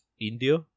India